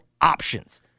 options